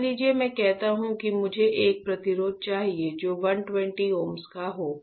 मान लीजिए मैं कहता हूं कि मुझे एक प्रतिरोधक चाहिए जो 120 ओम का हो